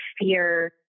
fear